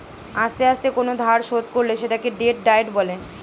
আস্তে আস্তে কোন ধার শোধ করলে সেটাকে ডেট ডায়েট বলে